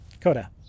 Coda